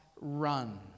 run